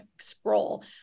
scroll